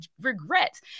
regrets